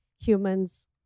humans